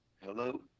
Hello